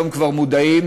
היום כבר מודעים,